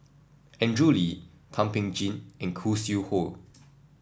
Andrew Lee Thum Ping Tjin and Khoo Sui Hoe